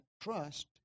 trust